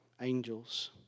Angels